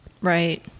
Right